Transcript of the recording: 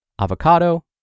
Avocado